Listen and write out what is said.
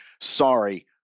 sorry